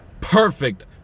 perfect